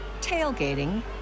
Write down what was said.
tailgating